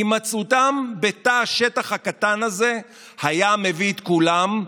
הימצאותם בתא השטח הקטן הזה הייתה מביאה את כולם,